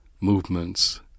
movements